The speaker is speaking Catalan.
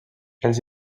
els